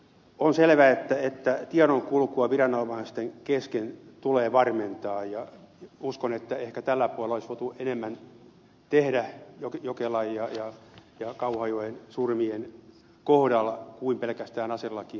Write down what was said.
on selvä että tiedonkulkua viranomaisten kesken tulee varmentaa ja uskon että ehkä tällä puolella olisi voitu enemmän tehdä jokelan ja kauhajoen surmien kohdalla kuin pelkästään puuttua aselakiin